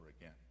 again